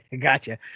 gotcha